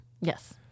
Yes